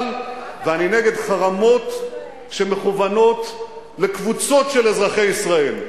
ואני נגד חרמות שמכוונים לקבוצות של אזרחי ישראל.